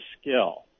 skill